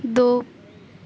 دو